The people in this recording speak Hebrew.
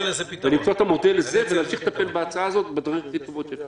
את המודל הזה ולהמשיך לטפל בהצעה הזאת --- אני אציע לזה פתרון.